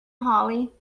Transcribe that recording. hollie